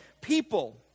People